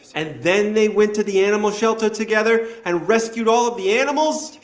and then they went to the animal shelter together and rescued all of the animals?